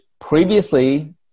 previously